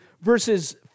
verses